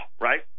right